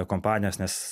kompanijos nes